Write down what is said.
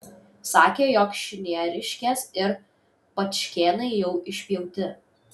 sakė jog šnieriškės ir pačkėnai jau išpjauti